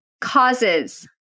causes